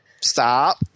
Stop